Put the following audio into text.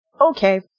Okay